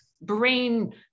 brain